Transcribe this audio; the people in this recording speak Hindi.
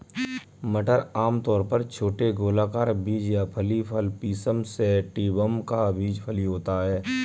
मटर आमतौर पर छोटे गोलाकार बीज या फली फल पिसम सैटिवम का बीज फली होता है